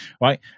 right